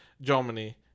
Germany